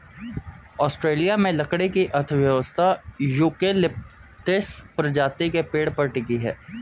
Australia में लकड़ी की अर्थव्यवस्था यूकेलिप्टस प्रजाति के पेड़ पर टिकी है